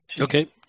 Okay